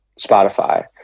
spotify